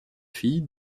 fille